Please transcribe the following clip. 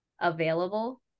available